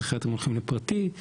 פסיכיאטרים הולכים לפרטי.